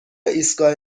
ایستگاه